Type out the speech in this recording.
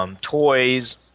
toys